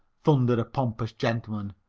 thundered a pompous gentleman,